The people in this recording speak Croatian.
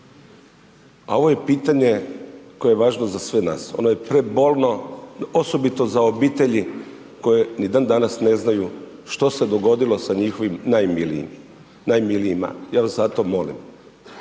a ovo je pitanje koje je važno za sve nas, ono je prebolno, osobito za obitelji koje ni dan-danas ne znaju što se dogodilo sa njihovim najmilijima. Ja vas zato molim,